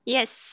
Yes